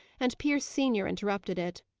and pierce senior interrupted it.